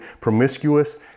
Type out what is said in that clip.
promiscuous